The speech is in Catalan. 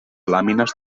làmines